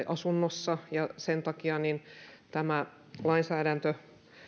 asunnossa ja sen takia tämä lainsäädäntö